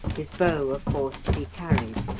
his bow of course he carried.